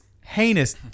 heinous